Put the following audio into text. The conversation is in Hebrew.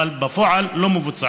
אבל בפועל הם לא מבוצעים.